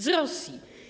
Z Rosji.